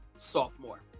sophomore